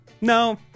No